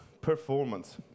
Performance